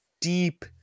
deep